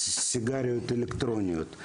סיגריות אלקטרוניות למבוגרים,